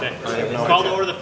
way for the